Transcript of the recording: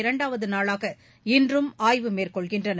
இரண்டாவது நாளாக இன்றும் ஆய்வு மேற்கொள்கின்றனர்